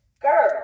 Girl